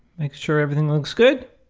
making sure everything looks good.